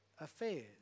affairs